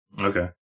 okay